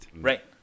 Right